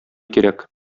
кирәк